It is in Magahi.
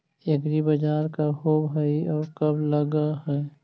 एग्रीबाजार का होब हइ और कब लग है?